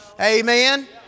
Amen